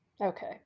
Okay